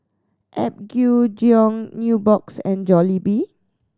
Apgujeong Nubox and Jollibee